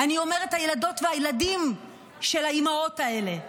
אני אומרת הילדות והילדים של האימהות האלה,